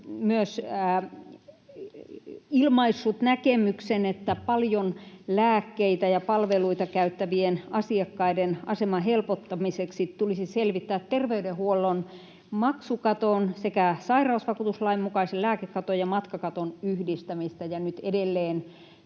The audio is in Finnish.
myös ilmaissut näkemyksen, että paljon lääkkeitä ja palveluita käyttävien asiakkaiden aseman helpottamiseksi tulisi selvittää terveydenhuollon maksukaton sekä sairausvakuutuslain mukaisen lääkekaton ja matkakaton yhdistämistä, ja nyt edelleen